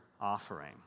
offering